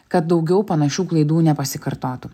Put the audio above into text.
kad daugiau panašių klaidų nepasikartotų